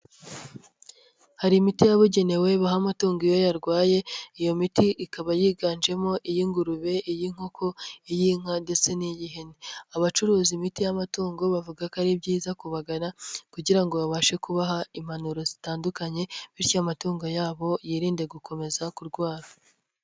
Hari imiti yabugenewe baha amatungo iyo yarwaye, iyo miti ikaba yiganjemo iy'ingurube, iy'inkoko, iy'inka ndetse n'iy'ihene, abacuruza imiti y'amatungo bavuga ko ari byiza kubagara kugira ngo babashe kubaha impanuro zitandukanye, bityo amatungo yabo yirinde gukomeza kurwara.